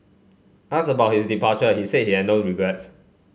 asked about his departure he said he had no regrets